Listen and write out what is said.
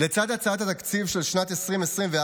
לצד הצעת התקציב של שנת 2024,